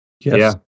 Yes